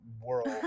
world